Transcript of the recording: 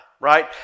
Right